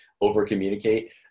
Over-communicate